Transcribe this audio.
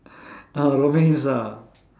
ah romance ah